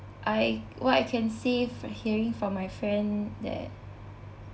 I what I can see fr~ hearing from my friend that